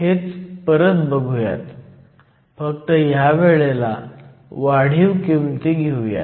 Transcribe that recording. हेच परत बघुयात फक्त ह्यावेळेला वाढीव किमती घेऊन